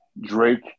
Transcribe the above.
Drake